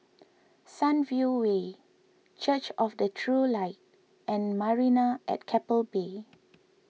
Sunview Way Church of the True Light and Marina at Keppel Bay